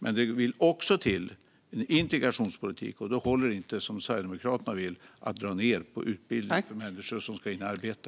Men det vill också till en integrationspolitik, och då håller det inte, som Sverigedemokraterna vill, att dra ned på utbildning för människor som ska in i arbete.